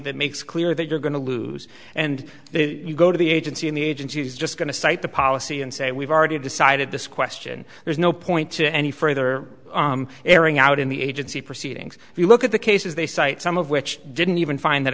that makes clear that you're going to lose and then you go to the agency in the agency is just going to cite the policy and say we've already decided this question there's no point to any further airing out in the agency proceedings if you look at the cases they cite some of which didn't even find that